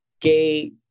gay